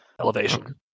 Elevation